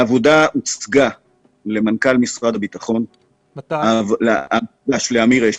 העבודה הוצגה למנכ"ל משרד הביטחון, אמיר אשל,